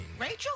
Rachel